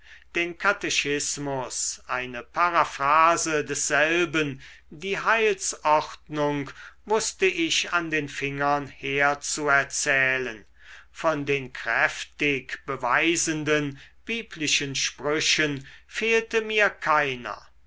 den katechismus eine paraphrase desselben die heilsordnung wußte ich an den fingern herzuerzählen von den kräftig beweisenden biblischen sprüchen fehlte mir keiner